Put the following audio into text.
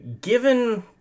given